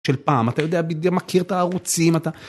של פעם אתה יודע בדיוק מכיר את הערוצים אתה.